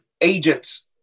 agents